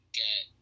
get